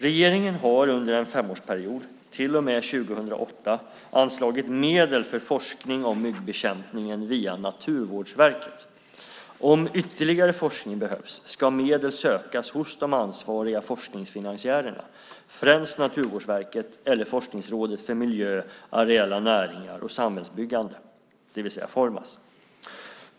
Regeringen har under en femårsperiod till och med 2008 anslagit medel för forskning om myggbekämpningen via Naturvårdsverket. Om ytterligare forskning behövs ska medel sökas hos de ansvariga forskningsfinansiärerna, främst Naturvårdsverket eller Forskningsrådet för miljö, areella näringar och samhällsbyggande, det vill säga Formas.